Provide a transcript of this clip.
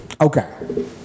Okay